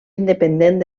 independent